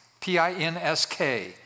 P-I-N-S-K